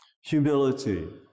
Humility